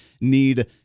need